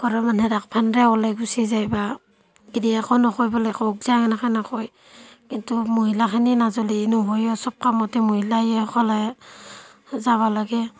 ঘৰৰ মানুহে ৰাখিব নেদিয়ে ওলেই গুচি যায় বা গিৰিয়েকেও নকয় বোলে ক'ত যাও এনেকৈ নকয় কিন্তু মহিলাখিনি নাযালি নহয়ো চব কামতে মহিলায়ে অকলে যাব লাগে